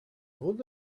would